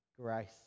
grace